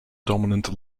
dominant